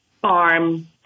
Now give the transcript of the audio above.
farm